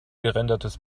gerendertes